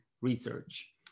research